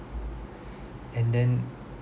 and then